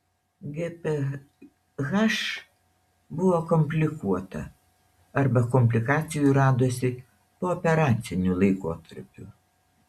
gph buvo komplikuota arba komplikacijų radosi pooperaciniu laikotarpiu